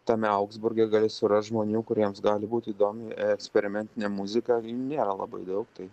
tame augsburge gali surast žmonių kuriems gali būti įdomi eksperimentinė muzika nėra labai daug tai